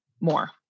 more